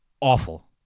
Awful